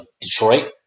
Detroit